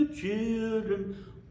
Children